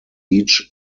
each